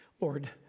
Lord